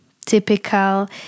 typical